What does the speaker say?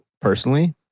Personally